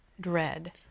dread